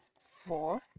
four